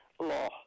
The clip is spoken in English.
law